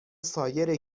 سایر